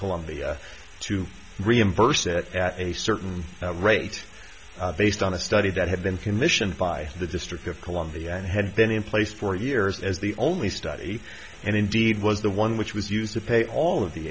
columbia to reimburse it at a certain rate based on a study that had been commissioned by the district of columbia and had been in place for years as the only study and indeed was the one which was used to pay all of the